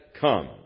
come